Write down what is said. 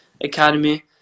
Academy